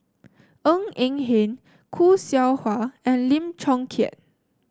Ng Eng Hen Khoo Seow Hwa and Lim Chong Keat